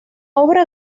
obra